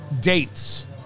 dates